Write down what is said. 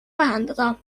vähendada